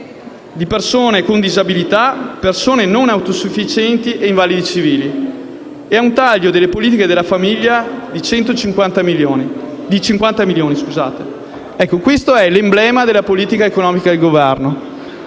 di persone con disabilità, non autosufficienti e invalidi civili e di 50 milioni per le politiche della famiglia. Questo è l'emblema della politica economica del Governo: